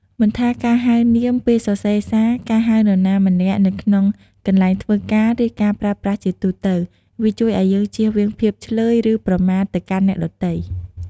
មិនថាការហៅនាមពេលសរសេរសារ ការហៅនរណាម្នាក់នៅក្នុងកន្លែងធ្វើការ ឬការប្រើប្រាស់ជាទូទៅ វាជួយឲ្យយើងជៀសវាងភាពឈ្លើយឬប្រមាថទៅកាន់អ្នកដទៃ។